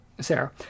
Sarah